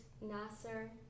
Nasser